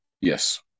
yes